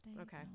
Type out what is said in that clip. okay